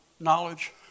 knowledge